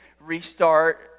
Restart